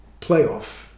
playoff